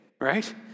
right